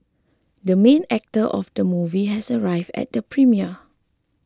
the main actor of the movie has arrived at the premiere